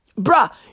Bruh